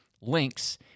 links